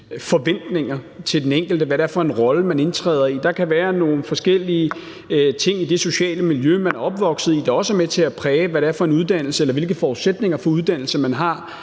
forventninger til, hvad det er for en rolle, den enkelte indtræder i. Der kan være nogle forskellige ting i det sociale miljø, man er opvokset i, som også er med til at præge, hvilke forudsætninger for uddannelse man har.